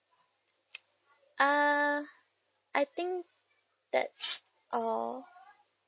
uh I think that's all